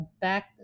Back